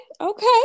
Okay